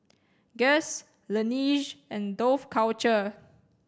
Guess Laneige and Dough Culture